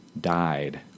died